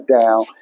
down